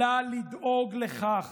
אלא לדאוג לכך